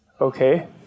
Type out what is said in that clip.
Okay